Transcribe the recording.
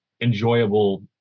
enjoyable